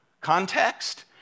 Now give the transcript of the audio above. Context